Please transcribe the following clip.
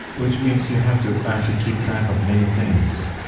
which means you have to actually keep track of many things.